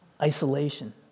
isolation